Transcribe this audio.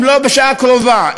אם לא בשעה הקרובה,